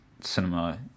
cinema